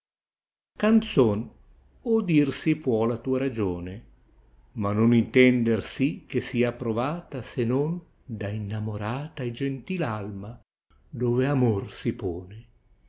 caazod odir si può la tua ragione ma non intender si che sia approvata se non da innamorata gentil alma dove amor si pone